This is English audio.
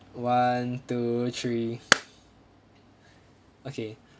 one two three okay